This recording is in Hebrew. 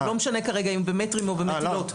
לא משנה כרגע אם במטרים או במטילות,